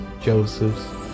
Joseph's